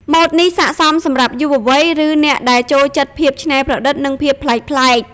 ម៉ូដនេះស័ក្តិសមសម្រាប់យុវវ័យ ឬអ្នកដែលចូលចិត្តភាពច្នៃប្រឌិត និងភាពប្លែកៗ។